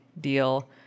deal